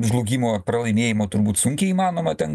žlugimo ar pralaimėjimo turbūt sunkiai įmanoma ten